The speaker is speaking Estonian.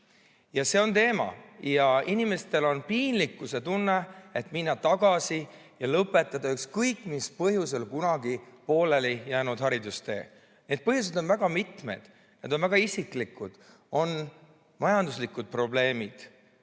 See on teema. Inimestel on piinlik minna tagasi ja lõpetada see ükskõik mis põhjusel kunagi poolelijäänud haridustee. Neid põhjuseid on väga mitmeid, need on väga isiklikud, on majanduslikud probleemid,